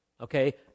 Okay